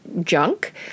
junk